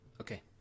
Okay